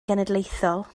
genedlaethol